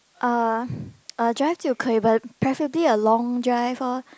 uh uh drive to preferably a long drive orh